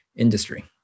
industry